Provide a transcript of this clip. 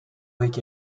avec